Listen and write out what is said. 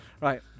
Right